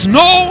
no